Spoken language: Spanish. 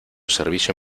servicio